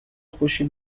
خوشی